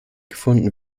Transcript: gefunden